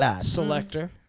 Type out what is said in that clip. Selector